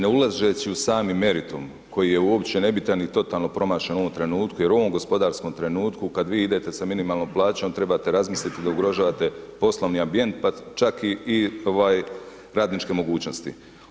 Ne ulazeći u sami meritum koji je uopće nebitan i totalno promašen u ovom trenutku, jer u ovom gospodarskom trenutku kad vi idete sa minimalnom plaćom, trebate razmisliti da ugrožavate poslovni ambijent, pa čak i radničke mogućnosti.